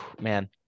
man